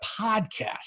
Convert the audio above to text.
podcast